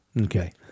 Okay